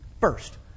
First